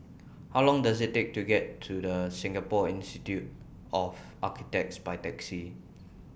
How Long Does IT Take to get to The Singapore Institute of Architects By Taxi